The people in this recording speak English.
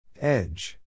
Edge